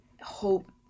hope